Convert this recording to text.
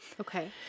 Okay